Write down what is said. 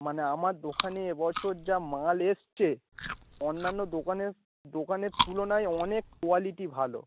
মানে আমার দোকানে এবছর যা মাল এসেছে অন্যান্য দোকানের দোকানের তুলনায় অনেক কোয়ালিটি ভালো